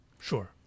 Sure